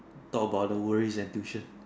thought about the worries and tuition